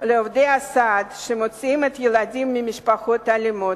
לעובדי הסעד שמוציאים את הילדים ממשפחות אלימות.